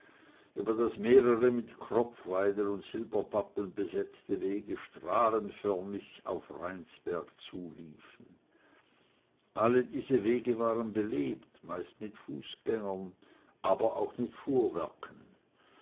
über das mehrere mit kropfweiden und silberpappeln besetzte wege strahlenförmig auf rheinsberg zuliefen alle diese wege waren belebt meist mit fußgängern aber auch mit fuhrwerken